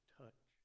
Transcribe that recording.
touch